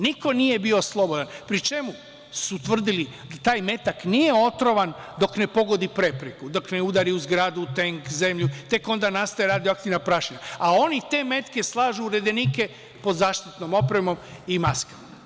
Niko nije bio slobodan, pri čemu su tvrdili da taj metak nije otrovan dok ne pogodi prepreku, dok ne udari u zgradu, tenk, zemlju, tek onda nastaje radioaktivna prašina, a oni te metke slažu u redenike pod zaštitnom opremom i maskama.